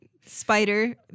Spider